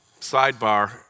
Sidebar